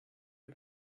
you